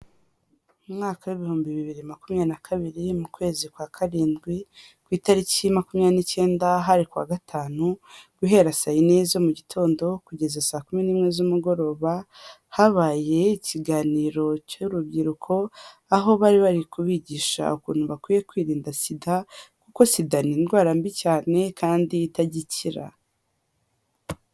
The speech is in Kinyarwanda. Mu mwaka w'ibihumbi bibiri makumyabiri na kabiri, mu kwezi kwa karindwi, ku itariki makumyabiri n'ikenda, hari kuwa gatanu, guhera saa yine zo mu gitondo kugeza saa kumi n'imwe z'umugoroba, habaye ikiganiro cy'urubyiruko, aho bari bari kubigisha ukuntu bakwiye kwirinda SIDA, kuko SIDA indwara mbi cyane kandi itajya ikira.